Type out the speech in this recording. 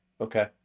Okay